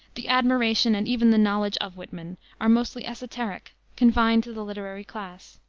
the admiration, and even the knowledge of whitman, are mostly esoteric, confined to the literary class.